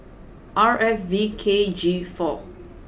R F V K G four